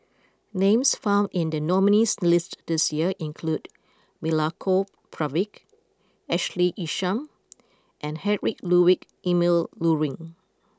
names found in the nominees' list this year include Milenko Prvacki Ashley Isham and Heinrich Ludwig Emil Luering